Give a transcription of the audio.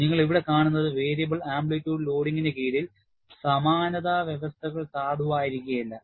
നിങ്ങൾ ഇവിടെ കാണുന്നത് വേരിയബിൾ ആംപ്ലിറ്റ്യൂഡ് ലോഡിംഗിന് കീഴിൽ സമാനത വ്യവസ്ഥകൾ സാധുവായിരിക്കില്ല